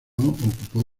ocupó